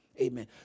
Amen